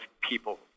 people